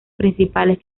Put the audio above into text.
principales